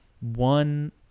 one